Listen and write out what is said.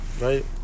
Right